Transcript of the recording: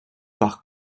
par